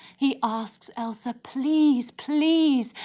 he asks elsa please, please,